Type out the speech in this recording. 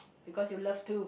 because you love to